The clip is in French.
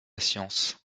science